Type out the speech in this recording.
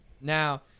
now